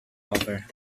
over